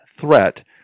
threat